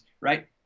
right